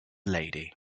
lady